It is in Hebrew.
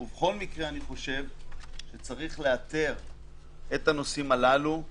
בכל מקרה אני חושב שצריך לייתר את הנושאים האלה.